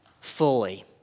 fully